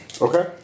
Okay